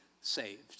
saved